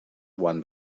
won